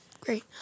Great